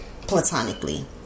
Platonically